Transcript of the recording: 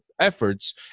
efforts